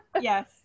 Yes